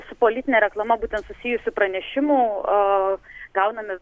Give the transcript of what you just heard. su politine reklama būtent susijusių pranešimų a gauname